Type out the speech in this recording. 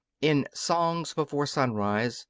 in songs before sunrise,